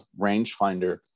rangefinder